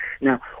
Now